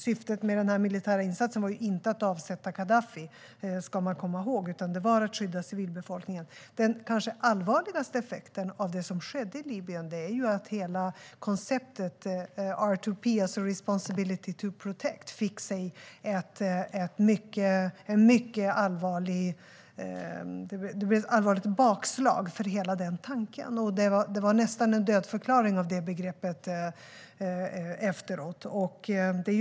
Syftet med den militära insatsen var inte att avsätta Gaddafi - det ska vi komma ihåg - utan det var att skydda civilbefolkningen. Den kanske allvarligaste effekten av det som skedde i Libyen är att det blev ett mycket allvarligt bakslag för hela konceptet och tanken bakom R2P, responsibility to protect. Det begreppet dödförklarades nästan efteråt.